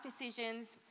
decisions